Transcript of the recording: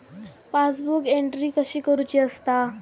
Passbook entry कशी करुची असता?